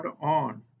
on